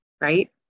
right